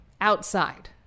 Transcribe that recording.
Outside